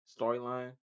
storyline